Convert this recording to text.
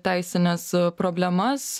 teisines problemas